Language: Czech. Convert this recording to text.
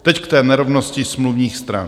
Teď k té nerovnosti smluvních stran.